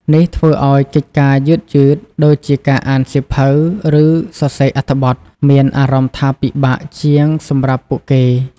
នេះធ្វើឱ្យកិច្ចការយឺតៗ ដូចជាការអានសៀវភៅ ឬសរសេរអត្ថបទ មានអារម្មណ៍ថាពិបាកជាងសម្រាប់ពួកគេ។